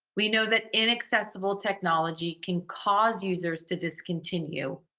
we know that inaccessible technology can cause users to discontinue,